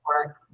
work